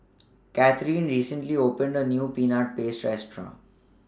Catherine recently opened A New Peanut Paste Restaurant